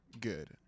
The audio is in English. good